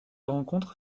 rencontre